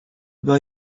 were